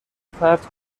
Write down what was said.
روپرت